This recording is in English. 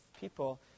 people